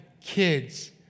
kids